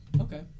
Okay